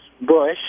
Bush